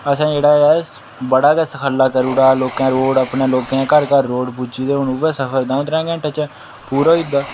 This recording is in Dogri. असें जेह्ड़ा ऐ बड़ा गै सखल्ला करी ओड़े दा लोकें रोड अपने लोकें घर घर रोड पुज्जी गेदे न हून उ'यै सफर दो त्रौं घंटै च पूरा होई जंदा